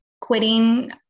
quitting